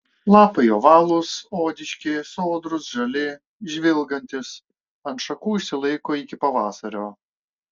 lapai ovalūs odiški sodrūs žali žvilgantys ant šakų išsilaiko iki pavasario